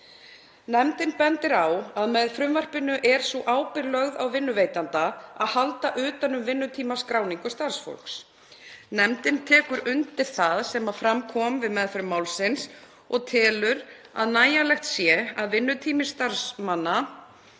Nefndin bendir á að með frumvarpinu er sú ábyrgð lögð á vinnuveitanda að halda utan um vinnutímaskráningu starfsfólks. Nefndin tekur undir það sem fram kom við meðferð málsins og telur að nægjanlegt sé að vinnutími starfsmanna